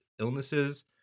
illnesses